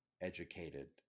educated